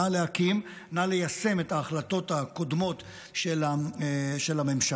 נא ליישם את ההחלטות הקודמות של הממשלה.